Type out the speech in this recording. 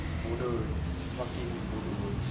bodoh it's fucking bodoh